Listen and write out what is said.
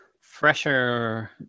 Fresher